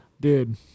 Dude